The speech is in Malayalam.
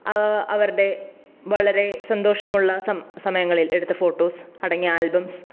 അവരുടെ വളരെ സന്തോഷമുള്ള സ സമയങ്ങളിൽ എടുത്ത ഫോട്ടോസ് അടങ്ങിയ ആൽബംസ്